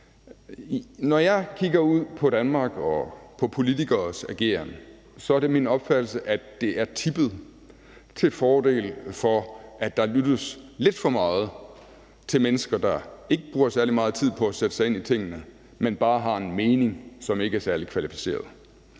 Når jeg kigger ud på Danmark og på politikeres ageren, er det min opfattelse, at balancen er tippet til fordel for, at der lyttes lidt for meget til mennesker, der ikke bruger særlig meget tid på at sætte sig ind i tingene, men bare har en mening, som ikke er særlig kvalificeret,